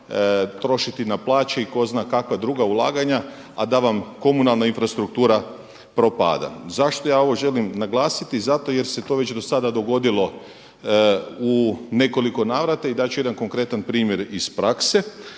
trošiti na plaći i tko zna kakva druga ulaganja a da vam komunalna infrastruktura propada. Zašto ja ovo želim naglasiti? Zato jer se to već do sada dogodilo u nekoliko navrata i dat ću jedan konkretan primjer iz prakse.